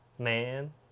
man